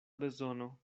bezono